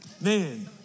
man